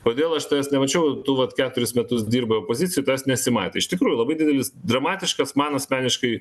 kodėl aš tavęs nemačiau tu vat keturis metus dirbai opozicijoj tavęs nesimatė iš tikrųjų labai didelis dramatiškas man asmeniškai